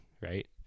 right